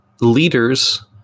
Leaders